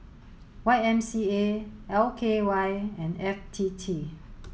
Y M C A L K Y and F T T